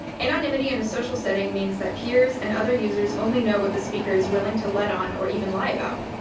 anonymity in a social setting means that peers and other users only know what the speaker is willing to let on or even lie about.